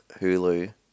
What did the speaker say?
Hulu